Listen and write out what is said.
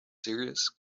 serious